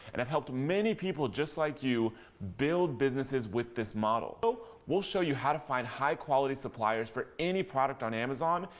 and have helped many people just like you build businesses with this model we'll show you how to find high quality suppliers for any product on amazon,